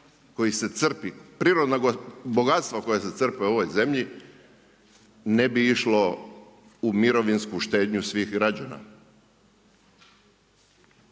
koji se crpi, prirodna bogatstva koja se crpe u ovoj zemlji ne bi išlo u mirovinsku štednju svih građana.